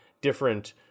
different